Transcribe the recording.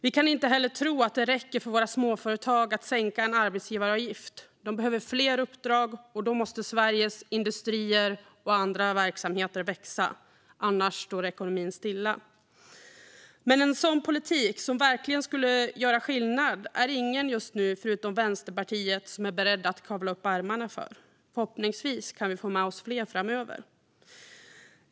Vi kan inte heller tro att det räcker för våra småföretag att sänka en arbetsgivaravgift. De behöver fler uppdrag, och då måste Sveriges industrier och andra verksamheter växa. Annars står ekonomin stilla. En sådan politik som verkligen skulle göra skillnad är det ingen som just nu - förutom Vänsterpartiet - är beredd att kavla upp ärmarna för. Förhoppningsvis kan vi få med oss fler framöver.